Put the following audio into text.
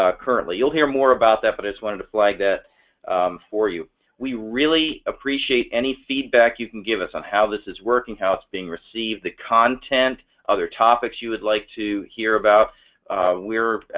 ah currently, you'll hear more about that, but it's wanted to flag that for you we really appreciate any feedback you can give us on how this is working how it's being received the content other topics. you would like to hear about we're